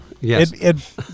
Yes